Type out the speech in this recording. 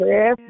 Yes